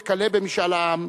וכלה במשאל העם,